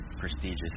prestigious